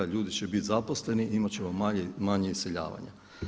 Ljudi će biti zaposleni, imat ćemo manje iseljavanja.